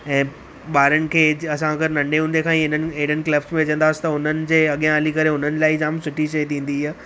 ऐं ॿारनि खे असां अॻरि नंढे हूंदे खां ई हिननि हिननि क्लब्स में विझंदासीं त हुननि जे अॻियां हल करे हुननि लाइ ई जाम सुठी शइ थींदी इहा